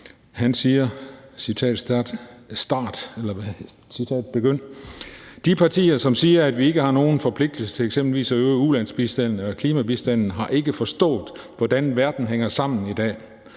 Han siger, citat begynd: »Derfor har de partier, som siger, at vi ikke har nogen forpligtelse til eksempelvis at øge ulandsbistanden eller klimabistanden, ikke forstået, hvordan verden hænger sammen i dag,